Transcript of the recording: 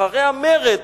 אחרי המרד,